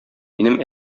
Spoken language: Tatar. минем